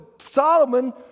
Solomon